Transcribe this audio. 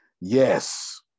Yes